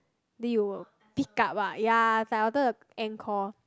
then you will pick up ah ya I was like I wanted to end call